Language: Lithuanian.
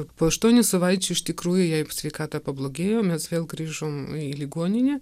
po aštuonių savaičių iš tikrųjų jai sveikata pablogėjo mes vėl grįžom į ligoninę